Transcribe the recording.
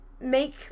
make